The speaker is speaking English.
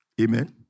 Amen